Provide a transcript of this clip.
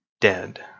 dead